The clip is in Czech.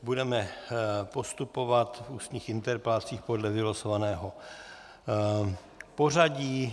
Budeme postupovat v ústních interpelacích podle vylosovaného pořadí.